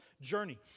journey